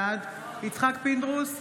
בעד יצחק פינדרוס,